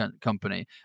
company